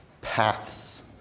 paths